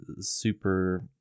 super